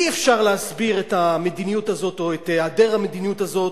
אי-אפשר להסביר את המדיניות הזאת או את היעדר המדיניות הזאת,